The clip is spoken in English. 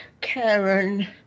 Karen